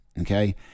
Okay